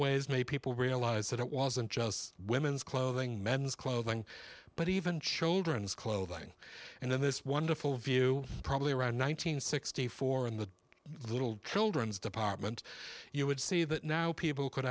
ways made people realize that it wasn't just women's clothing men's clothing but even children's clothing and then this wonderful view probably around one nine hundred sixty four in the little children's department you would see that now people could